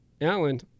Alan